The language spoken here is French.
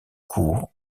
cours